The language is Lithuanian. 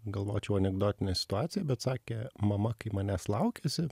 galvočiau anekdotinė situacija bet sakė mama kai manęs laukėsi